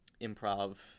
improv